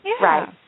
Right